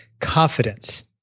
Confidence